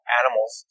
animals